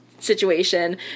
Situation